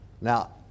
Now